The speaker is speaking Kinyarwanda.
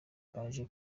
baje